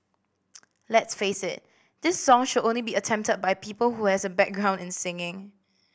let's face it this song should only be attempted by people who has a background in singing